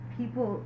people